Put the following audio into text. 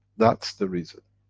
that's the reason.